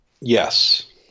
Yes